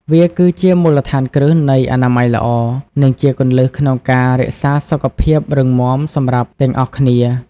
វាគឺជាមូលដ្ឋានគ្រឹះនៃអនាម័យល្អ និងជាគន្លឹះក្នុងការរក្សាសុខភាពរឹងមាំសម្រាប់ទាំងអស់គ្នា។